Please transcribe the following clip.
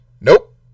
Nope